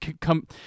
come